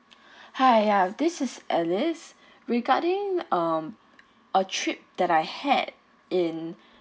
hi uh this is alice regarding um a trip that I had in